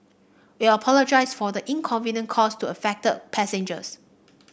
we apologise for the inconvenience caused to affected passengers